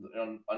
on